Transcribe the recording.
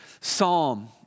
psalm